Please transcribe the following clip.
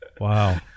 Wow